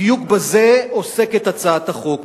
בדיוק בזה עוסקת הצעת החוק,